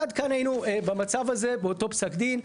עד כאן היינו במצב הזה, באותו פסק דין.